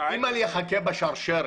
אפשר לקצר